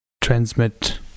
transmit